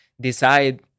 decide